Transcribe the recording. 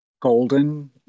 Golden